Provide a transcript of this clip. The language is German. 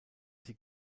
sie